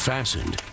Fastened